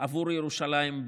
עבור ירושלים,